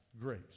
grace